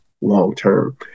long-term